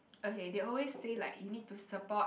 okay they always say like you need to support